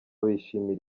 bishimiraga